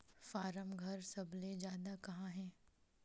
form घर सबले जादा कहां हे